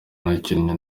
nakinnye